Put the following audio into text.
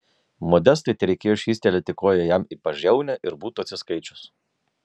modestai tereikėjo švystelėti koja jam į pažiaunę ir būtų atsiskaičius